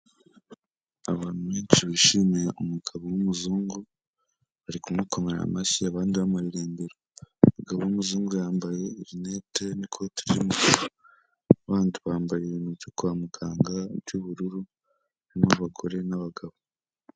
Abantu benshi bishimiye umugabo w'umuzungu bari kumukomera amashyi abandi bamuririmbira, umugabo w'umuzungu yambaye rinete n'ikoti ry'umukara, abandi bambaye ibintu byo kwa muganga by'ubururu harimo abagore n'abagabo.